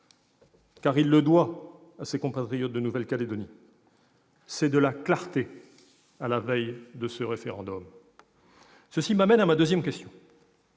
car il le doit à nos compatriotes de Nouvelle-Calédonie, c'est de la clarté à la veille de ce référendum. Cela m'amène à ma seconde question.